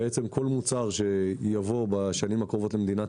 בעצם כל מוצר שיבוא בשנים הקרובות למדינת